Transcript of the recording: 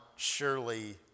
surely